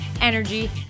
energy